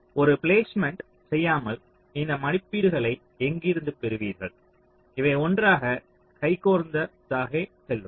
ஒரு பிளேஸ்மென்ட் செய்யாமல் இந்த மதிப்பீடுகளை எங்கிருந்து பெறுவீர்கள் இவை ஒன்றாக கை கோர்த்தே செல்லும்